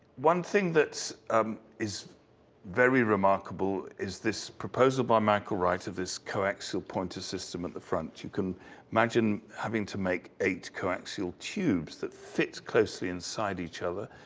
one thing that um is very remarkable is this proposal by michael wright of this coaxial point of system of the front. you can imagine having to make eight coaxial tubes that fits closely inside each other.